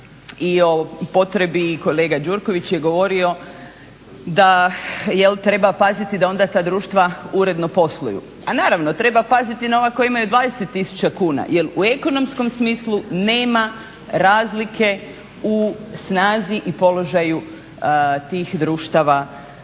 i o potrebi, kolega Gjurković je govorio da treba paziti da onda ta društva uredno posluju. A naravno, treba paziti na ona koja imaju 20 tisuća kuna jer u ekonomskom smislu nema razlike u snazi i položaju tih društava